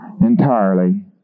entirely